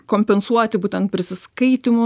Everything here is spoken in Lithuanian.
kompensuoti būtent prisiskaitymu